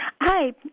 Hi